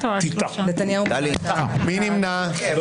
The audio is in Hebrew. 8 נמנעים,